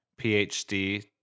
PhD